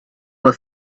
for